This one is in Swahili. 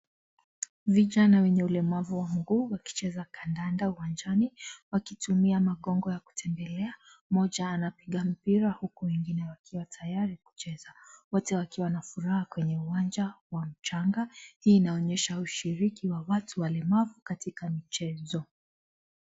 Vijana wenye ulemavu wa mguu wakicheza kandanda uwanjani, wakitumia makongo ya kutembelea, moja anapiga mpira huku wengine wakiwa tayari, kucheza, wote wakiwa na duraha kwenye uwanja wa mchanga, hii inaonyesha ushiriki wa watu walemavu katika mchezo.